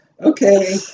okay